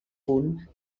punt